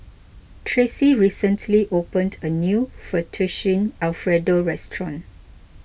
Tracie recently opened a new Fettuccine Alfredo restaurant